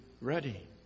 ready